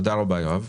תודה רבה, יואב.